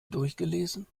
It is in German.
durchgelesen